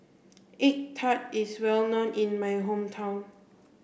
egg tart is well known in my hometown